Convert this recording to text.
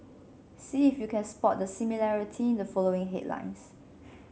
see if you can spot the similarity in the following headlines